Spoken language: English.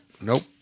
Nope